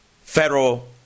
federal